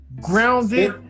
grounded